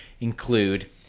include